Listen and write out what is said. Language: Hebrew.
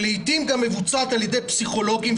שלעתים מבוצעת גם על ידי פסיכולוגים,